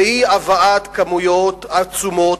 והיא הבאת כמויות עצומות,